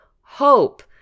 hope